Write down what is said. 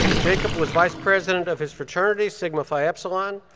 jacob was vice president of his fraternity, sigma phi epsilon,